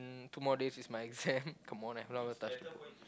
mm two more days is my exam come on I have not even touched the book